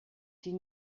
die